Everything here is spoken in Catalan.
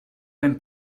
ben